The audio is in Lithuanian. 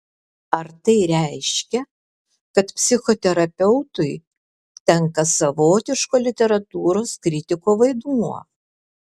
ar tai reiškia kad psichoterapeutui tenka savotiško literatūros kritiko vaidmuo